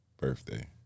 Birthday